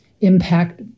impact